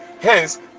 Hence